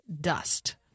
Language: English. dust